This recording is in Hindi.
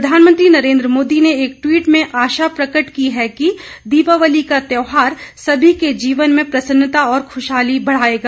प्रधानमंत्री नरेन्द्र मोदी ने एक ट्वीट में आशा प्रकट की है कि दीपावली का त्यौहार सभी के जीवन में प्रसन्नता और खुशहाली बढ़ाएगा